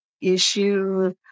issue